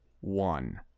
one